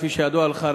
כפי שידוע לך,